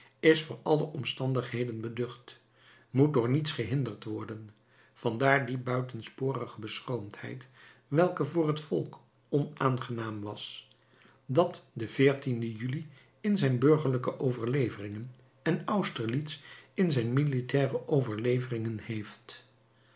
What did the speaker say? is voor alle omstandigheden beducht moet door niets gehinderd worden vandaar die buitensporige beschroomdheid welke voor het volk onaangenaam was dat den juli in zijn burgerlijke overleveringen en austerlitz in zijn militaire overleveringen heeft